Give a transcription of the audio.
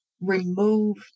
remove